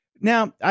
Now